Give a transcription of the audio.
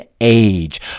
age